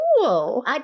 cool